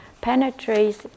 penetrates